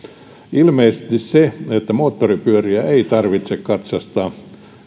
ilmeisesti se että moottoripyöriä ei tarvitse katsastaa